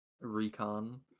recon